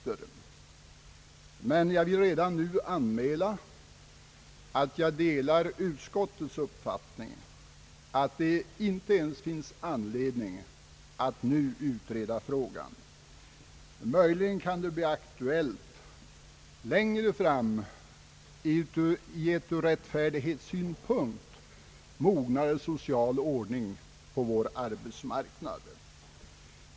Men jag vill redan nu anmäla, att jag delar utskottets uppfattning att det inte ens finns anledning att nu utreda frågan. Möjligen kan det bli aktuellt längre fram, i en ur rättfärdighetssynpunkt mognare social ordning på vår arbetsmarknad.